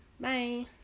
Bye